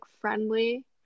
friendly